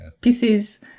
pieces